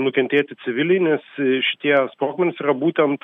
nukentėti civiliai nes šitie sprogmenys yra būtent